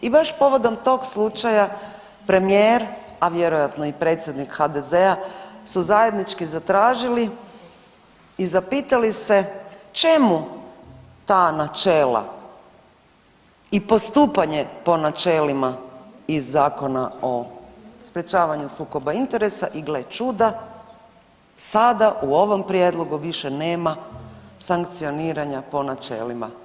I baš povodom tog slučaja premijer, a vjerojatno i predsjednik HDZ-a su zajednički zatražili i zapitali se čemu ta načela i postupanje po načelima iz Zakona o sprječavanju sukoba interesa i gle čuda sada u ovom prijedlogu više nema sankcioniranja po načelima.